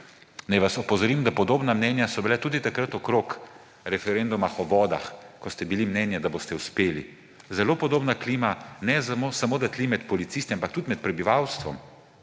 Naj vas opozorim, da podobna mnenja so bila tudi takrat okrog referenduma o vodah, ko ste bili mnenja, da boste uspeli. Zelo podobna klima ne tli samo med policisti, ampak tudi med prebivalstvom.